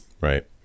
right